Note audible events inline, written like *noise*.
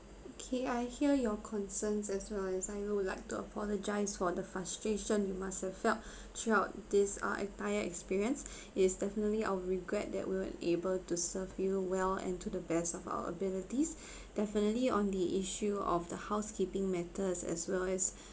okay I hear your concerns as well as I would like to apologise for the frustration you must have felt *breath* throughout this uh entire experience *breath* is definitely our regret that we weren't able to serve you well and to the best of our abilities *breath* definitely on the issue of the housekeeping matter as well as